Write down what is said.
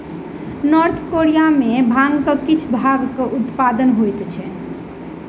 north Korea में भांगक किछ भागक उत्पादन होइत अछि